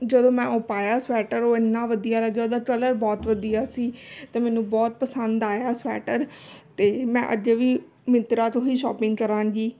ਜਦੋਂ ਮੈਂ ਉਹ ਪਾਇਆ ਸਵੈਟਰ ਉਹ ਇੰਨਾ ਵਧੀਆ ਲੱਗਿਆ ਉਹਦਾ ਕਲਰ ਬਹੁਤ ਵਧੀਆ ਸੀ ਤੇ ਮੈਨੂੰ ਬਹੁਤ ਪਸੰਦ ਆਇਆ ਸਵੈਟਰ ਅਤੇ ਮੈਂ ਅੱਗੇ ਵੀ ਮਿੰਤਰਾ ਤੋਂ ਹੀ ਸ਼ੋਪਿੰਗ ਕਰਾਂਗੀ